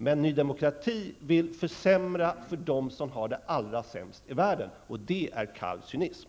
Men nydemokrati vill försämra för dem som har det allra sämst i världen, och det är kall cynism.